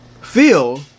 feel